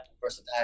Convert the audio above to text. versatile